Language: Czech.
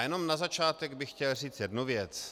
Jenom na začátek bych chtěl říct jednu věc.